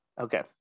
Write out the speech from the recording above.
Okay